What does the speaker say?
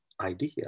idea